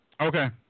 Okay